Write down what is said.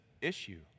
issue